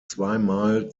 zweimal